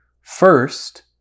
First